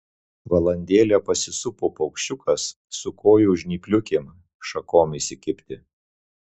valandėlę pasisupo paukščiukas su kojų žnypliukėm šakon įsikibti